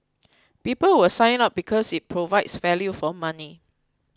people will sign up because it provides value for money